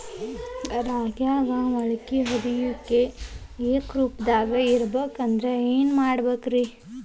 ರಾಗ್ಯಾಗ ಮೊಳಕೆ ಒಡೆಯುವಿಕೆ ಏಕರೂಪದಾಗ ಇರಬೇಕ ಅಂದ್ರ ಏನು ಮಾಡಬೇಕ್ರಿ?